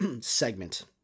segment